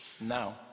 Now